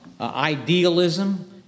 idealism